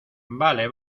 vale